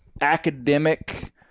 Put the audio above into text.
academic